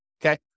Okay